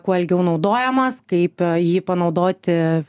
kuo ilgiau naudojamas kaip jį panaudoti